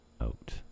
out